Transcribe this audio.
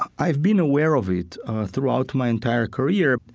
i've been aware of it throughout my entire career.